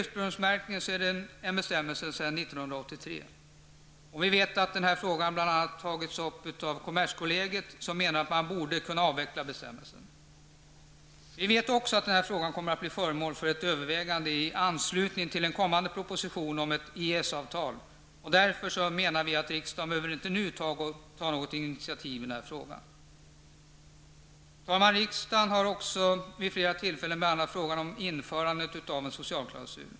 Ursprungsmärkningen är en bestämmelse som kom till 1983. Vi vet att denna fråga bl.a. har tagits upp av kommerskollegiet, som menar att man borde kunna avveckla bestämmelsen. Vi vet också att den här frågan kommer att bli föremål för övervägande i anslutning till en kommande proposition om ett EES-avtal. Därför menar vi att riksdagen inte nu behöver ta något initiativ i den här frågan. Riksdagen har också vid flera tillfällen behandlat frågorna om införande av en socialklausul.